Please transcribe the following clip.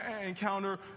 encounter